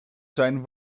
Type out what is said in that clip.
zijn